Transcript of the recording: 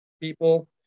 people